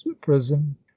prison